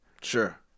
Sure